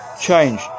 change